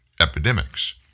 epidemics